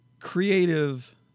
creative